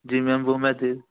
जी ma'am वो मैं दे